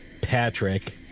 Patrick